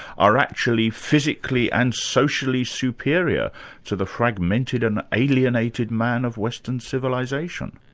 are actually physically and socially superior' to the fragmented and alienated man of western civilization.